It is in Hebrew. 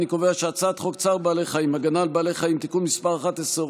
אני קובע שהצעת חוק צער בעלי חיים (הגנה על בעלי חיים) (תיקון מס' 11,